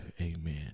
Amen